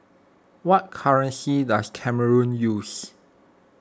what currency does Cameroon use